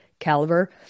Caliber